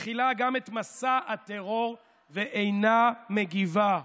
מכילה גם את מסע הטרור ואינה מגיבה,